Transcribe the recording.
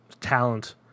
talent